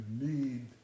need